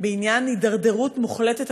בעניין הידרדרות מוחלטת,